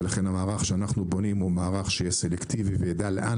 ולכן המערך שאנחנו בונים הוא מערך שיהיה סלקטיבי וידע לאן